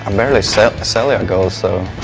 um barely so celly a goal so.